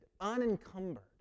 unencumbered